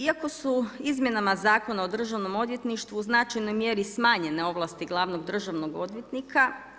Iako su izmjenama Zakona o Državnom odvjetništvu u značajnoj mjeri smanjene ovlasti glavnog državnog odvjetnika.